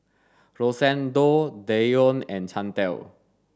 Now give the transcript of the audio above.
Rosendo Deion and Chantal